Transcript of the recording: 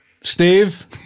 Steve